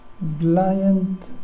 blind